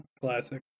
classic